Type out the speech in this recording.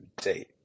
date